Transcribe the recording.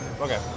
Okay